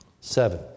Seven